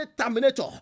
terminator